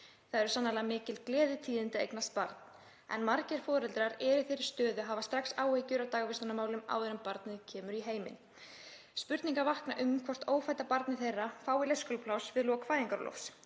Það eru sannarlega mikil gleðitíðindi að eignast barn en margir foreldrar eru í þeirri stöðu að hafa strax áhyggjur af dagvistunarmálum áður en barnið kemur í heiminn. Spurningar vakna um hvort ófædda barnið þeirra fái leikskólapláss við lok fæðingarorlofs